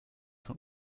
von